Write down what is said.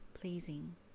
pleasing